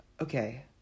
Okay